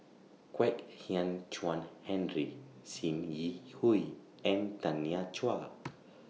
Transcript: Kwek Hian Chuan Henry SIM Yi Hui and Tanya Chua